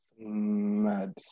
Mad